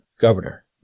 governor